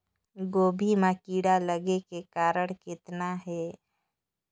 गोभी म कीड़ा लगे के कारण कतना हे?